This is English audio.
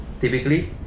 Typically